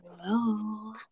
Hello